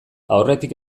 aurretik